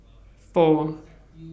four